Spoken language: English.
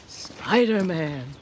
Spider-Man